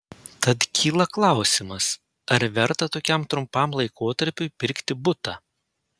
tad kyla klausimas ar verta tokiam trumpam laikotarpiui pirkti butą